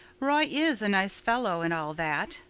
roy is a nice fellow and all that.